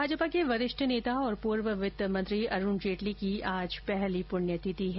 भाजपा के वरिष्ठ नेता और पूर्व वित्त मंत्री अरूण जेटली की आज पहली पुण्यतिथि है